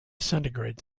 centigrade